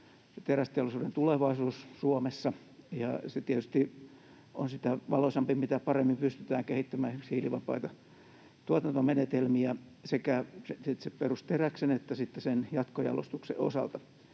terästeollisuuden tulevaisuus Suomessa. Se tietysti on sitä valoisampi, mitä paremmin pystytään kehittämään esimerkiksi hiilivapaita tuotantomenetelmiä sekä perusteräksen että sen jatkojalostuksen osalta.